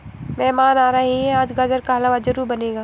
मेहमान आ रहे है, आज गाजर का हलवा जरूर बनेगा